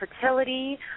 fertility